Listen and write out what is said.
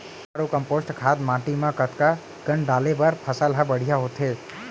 गोबर अऊ कम्पोस्ट खाद माटी म कतका कन डाले बर फसल ह बढ़िया होथे?